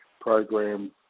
program